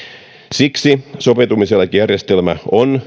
siksi sopeutumiseläkejärjestelmä on